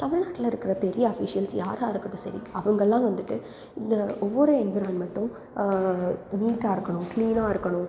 தமிழ்நாட்டில் இருக்கிற பெரிய அஃபீஷியல்ஸ் யாராக இருக்கட்டும் சரி அவங்கெல்லாம் வந்துவிட்டு இந்த ஒவ்வொரு என்விராயின்மெண்ட்டும் நீட்டாக இருக்கணும் க்ளீனாக இருக்கணும்